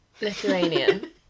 Lithuanian